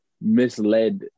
misled